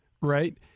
right